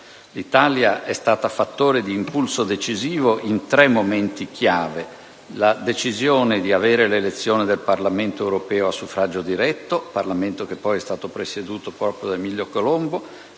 L'Italia è stata fattore di impulso decisivo in tre momenti chiave: la decisione dell'elezione del Parlamento europeo a suffragio diretto (Parlamento che poi è stato presieduto proprio da Emilio Colombo);